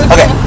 Okay